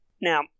Now